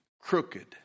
crooked